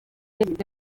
nibwo